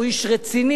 הוא איש רציני.